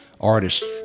artists